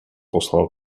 poslal